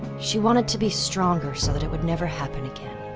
she wanted to be stronger so that it would never happen again.